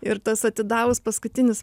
ir tas atidavus paskutinius